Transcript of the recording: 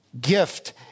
gift